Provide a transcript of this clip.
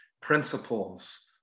principles